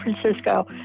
Francisco